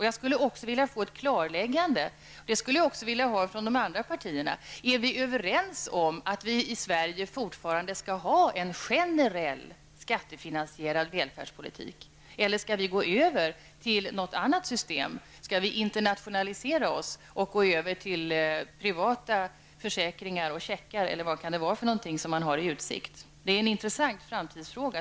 Jag skulle vilja ha ett klarläggande, även från de andra partierna, om vi är överens om att vi i Sverige fortfarande skall ha en generell skattefinansierad välfärdspolitik. Eller skall vi gå över till ett annat system? Skall vi internationalisera oss och gå över till privata försäkringar och checkar -- vad är det som står i utsikt? Det är en intressant framtidsfråga.